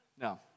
No